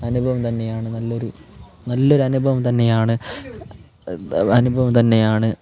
അനുഭവം തന്നെയാണ് നല്ലൊരു നല്ലൊരു അനുഭവം തന്നെയാണ് അനുഭവം തന്നെയാണ്